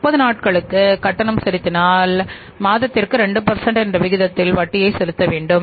30 நாட்களுக்கு கட்டணம் செலுத்தினால் மாதத்திற்கு 2 என்ற விகிதத்தில் வட்டியை செலுத்த வேண்டும்